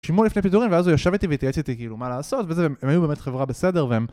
שימוע לפני פיטורים ואז הוא יושב איתי והתייעץ איתי כאילו מה לעשות וזה, הם היו באמת חברה בסדר והם